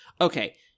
okay